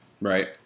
Right